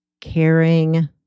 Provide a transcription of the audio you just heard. caring